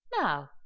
now